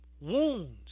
wounds